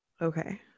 okay